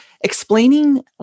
explaining